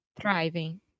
Thriving